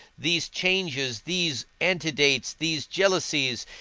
these changes, these antidates, these jealousies,